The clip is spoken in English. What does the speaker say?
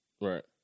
right